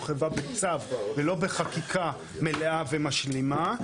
הרחבה בצו ולא בחקיקה מלאה ומשלימה.